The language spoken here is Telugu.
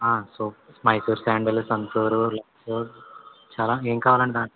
సోప్స్ మైసూర్శాండలు సంతూరు లక్సు చాలా ఏం కావాలండి దాంట్లో